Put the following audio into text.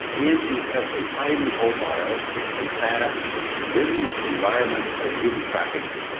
and you have a highly mobile and fast business environment of human trafficking.